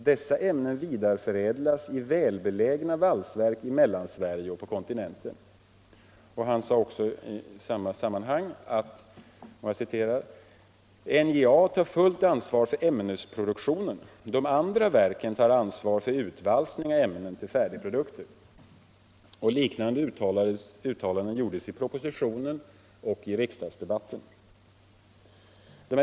Dessa ämnen vidareförädlas i välbelägna valsverk i mellansverige och på kontinenten.” Han sade också i samma sammanhang: ”NJA tar fullt ansvar för ämnesproduktionen. De andra verken tar ansvar för utvalsningen av ämnen till färdigprodukter.” Liknande uttalanden gjordes i propositionen och i riksdagsdebatten.